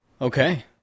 Okay